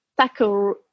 tackle